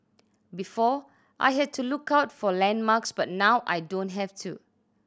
before I had to look out for landmarks but now I don't have to